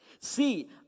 See